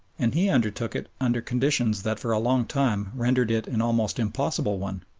and he undertook it under conditions that for a long time rendered it an almost impossible one.